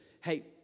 hey